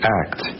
act